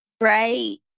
right